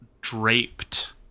draped